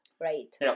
right